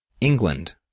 England